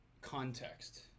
context